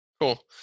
Cool